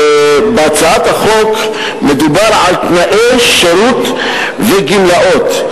בהצעת החוק מדובר על תנאי שירות וגמלאות.